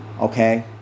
Okay